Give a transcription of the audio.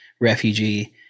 refugee